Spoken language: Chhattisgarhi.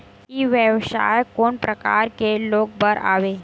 ई व्यवसाय कोन प्रकार के लोग बर आवे?